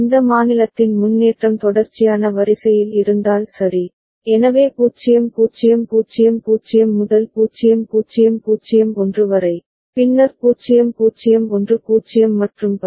இந்த மாநிலத்தின் முன்னேற்றம் தொடர்ச்சியான வரிசையில் இருந்தால் சரி எனவே 0000 முதல் 0001 வரை பின்னர் 0010 மற்றும் பல